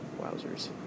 wowzers